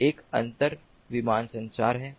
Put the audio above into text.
एक अंतर विमान संचार है